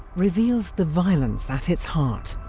reveals the violence at its heart.